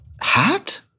hat